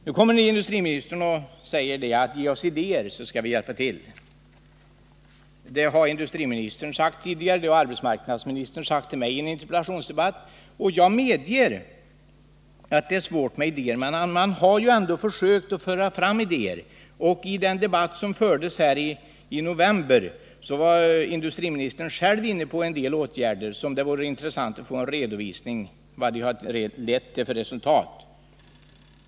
Nu säger kanske industriministern: Ge oss idéer, så skall vi hjälpa till! Det har han sagt tidigare, och arbetsmarknadsministern har också sagt det till mig i en interpellationsdebatt. Jag medger att det är svårt, men man har ändå försökt föra fram idéer. I den debatt som fördes här i november var industriministern själv inne på en del åtgärder, och det vore intressant att få en redovisning av vad de har givit för resultat.